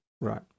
Right